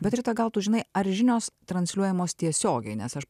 bet rita gal tu žinai ar žinios transliuojamos tiesiogiai nes aš